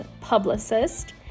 publicist